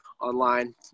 online